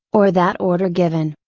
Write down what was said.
or that order given.